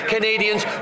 Canadians